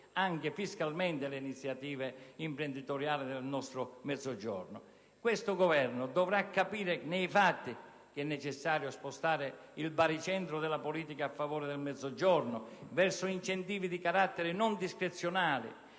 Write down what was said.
anche fiscalmente le iniziative imprenditoriali del nostro Mezzogiorno. Questo Governo dovrà capire nei fatti che è necessario spostare il baricentro della politica a favore del Mezzogiorno, verso incentivi di carattere non discrezionale,